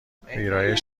ویرایش